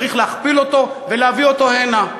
צריך להכפיל אותו ולהביא אותו הנה,